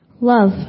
Love